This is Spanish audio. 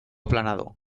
aplanado